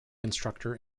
instructor